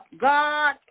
God